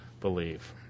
believe